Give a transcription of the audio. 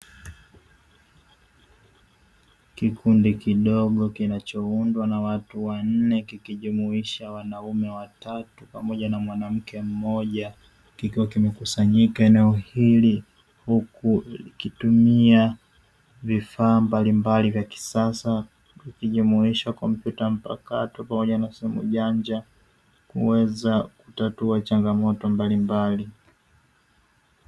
Kikundi kidogo kinachoundwa na watu wanne kikijumuisha wanaume watatu pamoja na mwanamke mmoja, kikiwa kimekusanyika eneo hili huku kikitumia vifaa mbalimbali vya kisasa, ikijumuisha kompyuta mpakatao pamoja na simu janja kuweza kutatua changamoto mbalimbali.